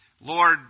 Lord